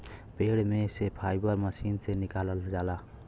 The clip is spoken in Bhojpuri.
पेड़ में से फाइबर मशीन से निकालल जाला